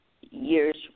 years